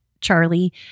Charlie